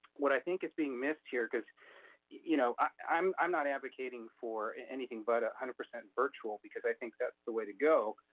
what i think is being missed here, cause you know, i'm i'm not advocating for anything but one hundred percent virtual because i think that's the way to go.